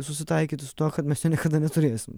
susitaikyti su tuo kad mes jo niekada neturėsim